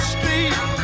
Street